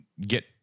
get